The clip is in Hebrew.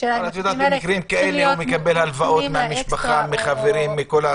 -- מקבל הלוואות מהמשפחה, מהחברים.